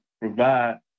provide